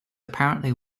apparently